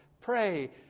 pray